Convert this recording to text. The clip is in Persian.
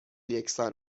یکسان